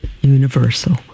universal